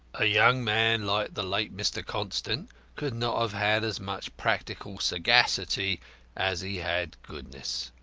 a young man like the late mr. constant could not have had as much practical sagacity as he had goodness.